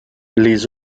les